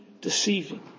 deceiving